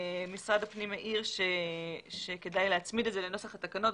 משרד הפנים העיר שכדאי להצמיד את זה לנוסח התקנות.